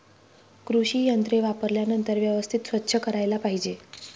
कृषी यंत्रे वापरल्यानंतर व्यवस्थित स्वच्छ करायला पाहिजे